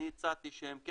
אני הצעתי שהם כן